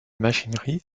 machinerie